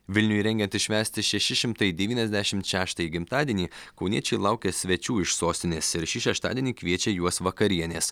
vilniui rengiantis švęsti šeši šimtai devyniasdešimt šeštąjį gimtadienį kauniečiai laukia svečių iš sostinės ir šį šeštadienį kviečia juos vakarienės